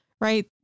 Right